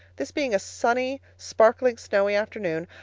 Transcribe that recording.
this being a sunny, sparkling, snowy afternoon,